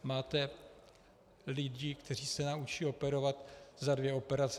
Máte lidi, kteří se naučí operovat za dvě operace.